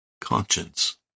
conscience